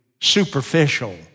Superficial